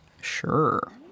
sure